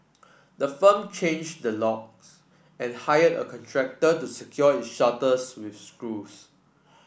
the firm changed the locks and hired a contractor to secure its shutters with screws